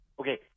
Okay